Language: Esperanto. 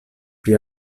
pri